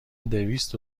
دویست